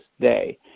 day